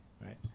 right